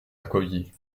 accoyer